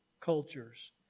cultures